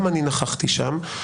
גם אני נכחתי שם,